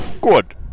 Good